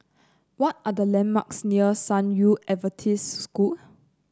what are the landmarks near San Yu Adventist School